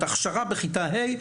זאת אומרת הכשרה בכיתה ה',